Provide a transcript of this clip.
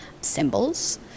symbols